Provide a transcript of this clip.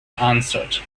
answered